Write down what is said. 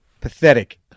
Pathetic